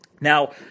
Now